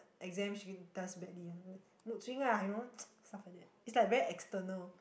exam she does badly then after that mood swing ah you know stuff like that is like very external